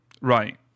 Right